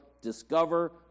discover